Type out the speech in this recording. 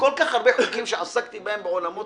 בכל כך הרבה חוקים שעסקתי בהם בעולמות